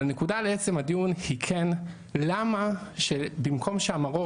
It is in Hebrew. אבל הנקודה לעצם הדיון היא כן למה במקום שהמרור